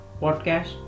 podcast